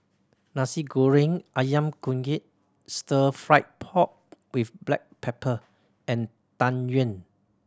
Nasi Goreng Ayam Kunyit Stir Fried Pork With Black Pepper and Tang Yuen